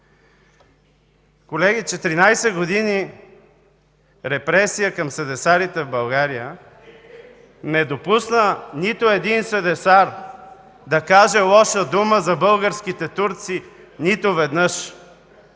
години репресия към седесарите в България не допусна нито един седесар да каже лоша дума за българските турци, нито веднъж.